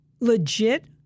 legit